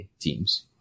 teams